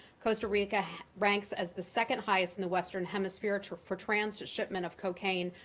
costa rica ranks as the second-highest in the western hemisphere for for transshipment of cocaine,